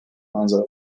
manzara